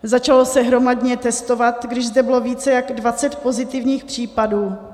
Začalo se hromadně testovat, když zde bylo více než 20 pozitivních případů.